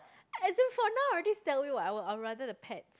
as in for now I already sell you what I would would rather the pets